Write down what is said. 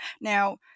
Now